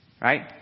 Right